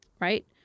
right